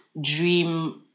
dream